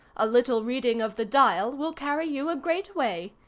a little reading of the dial will carry you a great way.